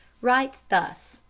writes thus